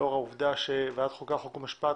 לאור העובדה שוועדת החוקה, חוק ומשפט